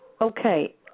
Okay